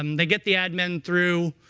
um they get the ad men through.